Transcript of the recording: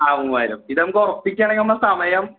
ആ മൂവായിരം ഇത് നമുക്ക് ഉറപ്പിക്കുവാണെങ്കിൽ നമ്മുടെ സമയം